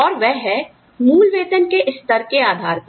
और वह है मूल वेतन के स्तर के आधार पर